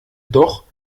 doch